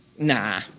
Nah